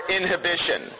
inhibition